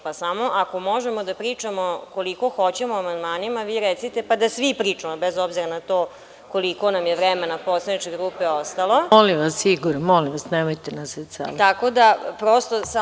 Pa, samo, ako možemo da pričamo koliko hoćemo o amandmanima, vi recite, pa da svi pričamo, bez obzira na to koliko nam je vremena poslaničke grupe ostalo. (Igor Bečić: Nisam ja to rekao.